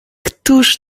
któż